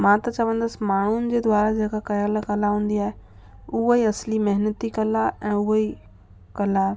मां त चवंदसि माण्हूनि जे द्वारा जेका कयल कला हूंदी आहे हूअ ई असली महनती कला ऐं हूअ ई कला